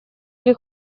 или